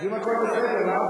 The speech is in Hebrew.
הוא צודק.